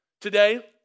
Today